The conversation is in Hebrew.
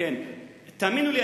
תאמינו לי,